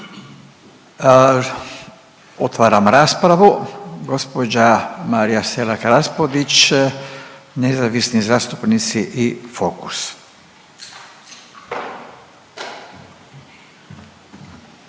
Otvaram raspravu, gospođa Marija Selak Raspudić, nezavisni zastupnici i Fokus.